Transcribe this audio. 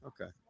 Okay